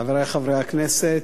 חברי חברי הכנסת,